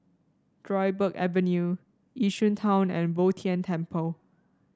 Dryburgh Avenue Yishun Town and Bo Tien Temple